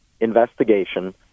investigation